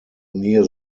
near